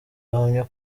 bahamya